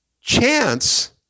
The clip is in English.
chance